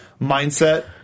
mindset